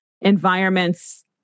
environments